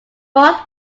both